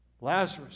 Lazarus